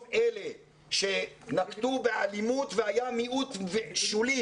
אלה שנקטו באלימות והיה מיעוט שולי,